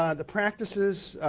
ah the practices